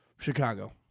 Chicago